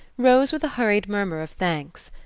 rose with a hurried murmur of thanks.